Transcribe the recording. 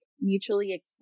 mutually